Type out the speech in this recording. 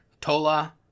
Tola